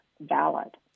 valid